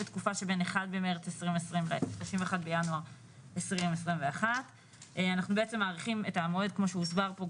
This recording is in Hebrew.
בתקופה שבין 1 במארס 2020 וה-31 בינואר 2021. אנחנו בעצם מאריכים את המועד כמו שהוסבר פה,